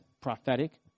prophetic